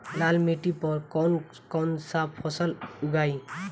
लाल मिट्टी पर कौन कौनसा फसल उगाई?